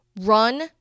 run